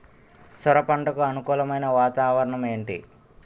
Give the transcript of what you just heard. సొర పంటకు అనుకూలమైన వాతావరణం ఏంటి?